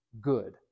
good